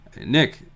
Nick